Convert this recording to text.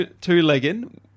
two-legged